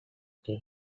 steel